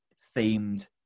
themed